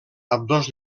ambdós